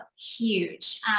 huge